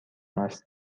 است